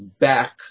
back